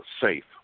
safe